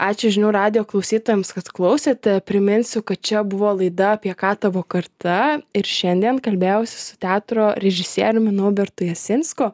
ačiū žinių radijo klausytojams kas klausėte priminsiu kad čia buvo laida apie ką tavo karta ir šiandien kalbėjausi su teatro režisieriumi naubertu jasinsku